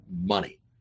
money